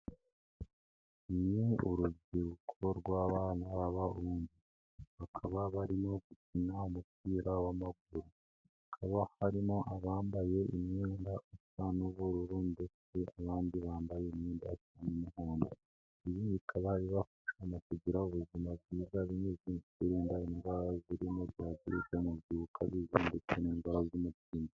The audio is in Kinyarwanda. Ni urubyiruko rw'abana b'abahungu, bakaba barimo gukina umupira w'amaguru, hakaba harimo abambaye imyenda isa n'ubururu ndetse abandi bambaye imyenda isa n'umuhondo, ibi bikaba bibafasha mu kugira ubuzima bwiza binyuze mu kwirinda indwara zirimo diyabete, umubyibuho ukabije ndetse n'indwara z'umutima.